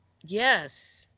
yes